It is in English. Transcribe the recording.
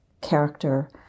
character